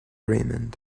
raymond